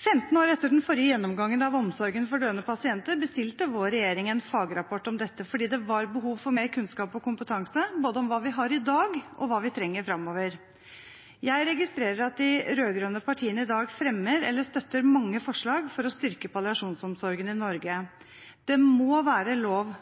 15 år etter den forrige gjennomgangen av omsorgen for døende pasienter bestilte vår regjering en fagrapport om dette fordi det var behov for mer kunnskap og kompetanse, om både hva vi har i dag, og hva vi trenger framover. Jeg registrerer at de rød-grønne partiene i dag fremmer eller støtter mange forslag for å styrke palliasjonsomsorgen i Norge. Det må være lov